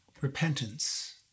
repentance